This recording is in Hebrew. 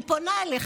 אני פונה אליך,